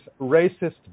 racist